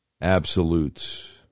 absolute